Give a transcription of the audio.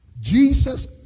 Jesus